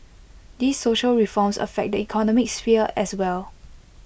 these social reforms affect the economic sphere as well